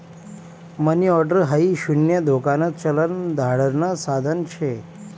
मनी order हाई शून्य धोकान चलन धाडण साधन शे